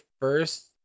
first